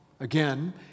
Again